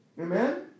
Amen